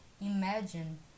imagine